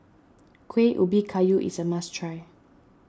Kueh Ubi Kayu is a must try